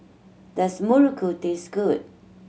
does muruku taste good